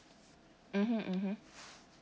mmhmm mmhmm